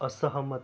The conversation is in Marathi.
असहमत